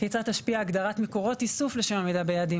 כיצד תשפיע הגדרת מקורות איסוף לשם העמידה ביעדים.